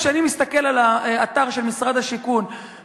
כשאני מסתכל על האתר של משרד השיכון,